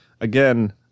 again